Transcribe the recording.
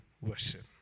worship